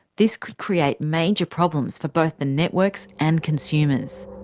this could create major problems for both the networks and consumers.